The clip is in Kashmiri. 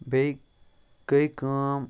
بیٚیہِ گٔے کٲم